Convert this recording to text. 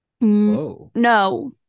no